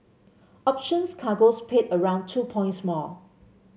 options cargoes paid around two points more